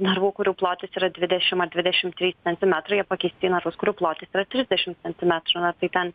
narvų kurių plotis yra dvidešim ar dvidešim trys centimetrai jie pakeisti į narvus kurių plotis yra trisdešim centimetrų na tai ten